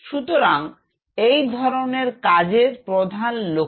সুতরাং এই ধরনের কাজের প্রধান লক্ষ্য